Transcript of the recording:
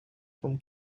from